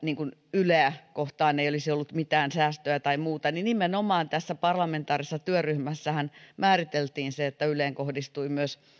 yleä kohtaan ei olisi ollut mitään säästöä tai muuta että nimenomaan tässä parlamentaarisessa työryhmässähän määriteltiin se että yleen kohdistui myös